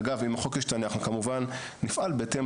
אגב, אם החוק ישתנה, אנחנו כמובן נפעל בהתאם